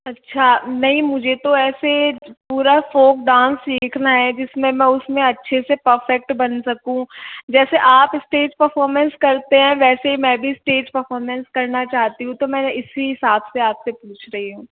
अच्छा नहीं मुझे तो ऐसे पूरा फोक डांस सीखना है जिसमें मैं उसमें अच्छे से परफेक्ट बन सकूँ जैसे आप स्टेज परफॉमेंस करते हैं वैसे मैं भी स्टेज परफॉमेंस करना चहाती हूँ तो मैं इसी हिसाब से आप से पूछ रही हूँ